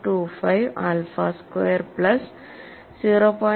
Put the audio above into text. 025 alpha square plus 0